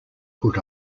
put